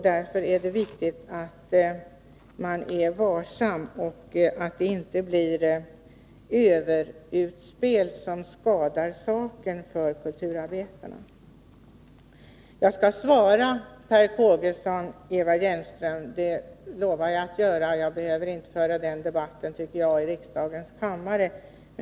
Därför är det viktigt att man är varsam och att det inte blir överutspel som skadar saken för kulturarbetarna. Jag lovar, Eva Hjelmström, att jag skall svara Per Kågeson, men jag behöver inte föra den debatten i riksdagens kammare.